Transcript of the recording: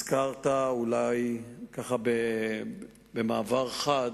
הזכרת, אולי ככה במעבר חד,